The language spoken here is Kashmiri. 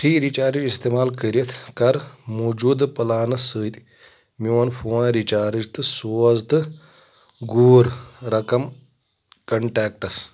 فری رچارٕج استعمال کٔرِتھ کَر موٗجوٗدٕ پلانہٕ سۭتۍ میون فون رچارٕج تہٕ سوز تہٕ گوٗر رقم کنٹیکٹَس